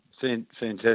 Fantastic